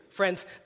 Friends